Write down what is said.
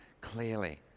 clearly